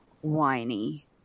whiny